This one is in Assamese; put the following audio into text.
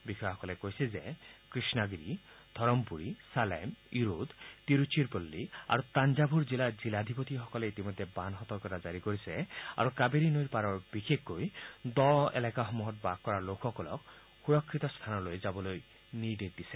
বিষয়াসকলে কৈছে যে কফাগিৰি ধৰমপুৰী ছালেম ইৰদ তিৰুচিৰপল্লী আৰু তানজাভূৰ জিলাৰ জিলাধিপতিসকলে ইতিমধ্যে বান সতৰ্কতা জাৰী কৰিছে আৰু কাৱেৰী নৈৰ পাৰৰ বিশেষকৈ দ এলেকাসমূহত বাস কৰা লোকসকলক সূৰক্ষিত স্থানলৈ যাবলৈ নিৰ্দেশ দিছে